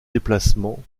déplacement